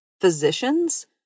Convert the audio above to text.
physicians